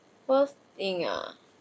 worst thing ah